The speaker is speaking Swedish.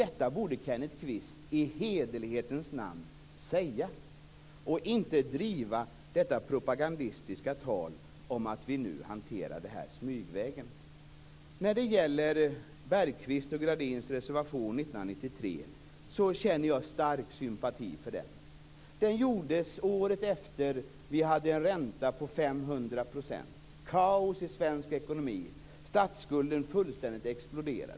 Detta borde Kenneth Kvist i hederlighetens namn säga och inte driva detta propagandistiska tal om att vi nu hanterar det här smygvägen. Jag känner stark sympati för Bergqvists och Gradins reservation från 1993. Den avgavs året efter det att vi hade haft en ränta som uppgick till 500 % och kaos i svensk ekonomi. Statsskulden fullständigt exploderade.